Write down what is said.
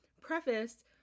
preface